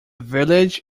village